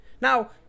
Now